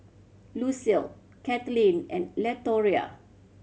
Lucile Caitlyn and Latoria